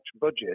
budget